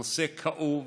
נושא כאוב,